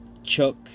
Chuck